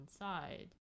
inside